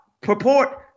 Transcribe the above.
purport